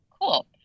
Cool